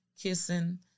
kissing